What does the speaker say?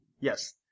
Yes